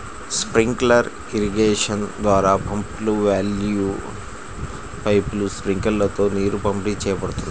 sprinkler irrigation ద్వారా పంపులు, వాల్వ్లు, పైపులు, స్ప్రింక్లర్లతో నీరు పంపిణీ చేయబడుతుంది